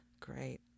Great